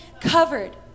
covered